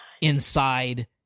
inside